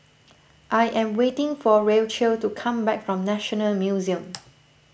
I am waiting for Rachelle to come back from National Museum